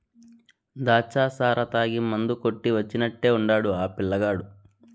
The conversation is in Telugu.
దాచ్చా సారా తాగి మందు కొట్టి వచ్చినట్టే ఉండాడు ఆ పిల్లగాడు